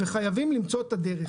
וחייבים למצוא את הדרך.